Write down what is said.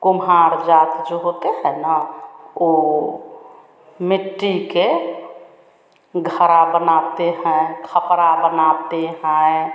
कुम्हार जाति जो होते हैं ना वे मिट्टी के घड़ा बनाते हैं खपरा बनाते हैं